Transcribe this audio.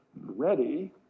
ready